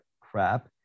crap